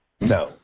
No